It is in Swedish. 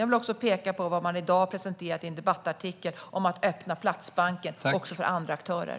Jag vill även peka på det som i dag har presenterats i en debattartikel om att öppna Platsbanken också för andra aktörer.